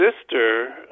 sister